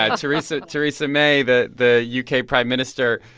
ah theresa theresa may, the the u k. prime minister,